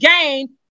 gain